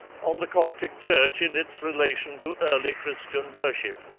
on the coptic church in its relation to early christian worship.